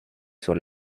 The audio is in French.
sur